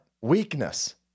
weakness